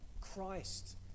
Christ